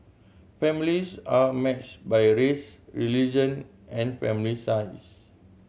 families are matched by race religion and family size